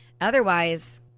Otherwise